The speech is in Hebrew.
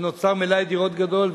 ונוצר מלאי דירות גדול.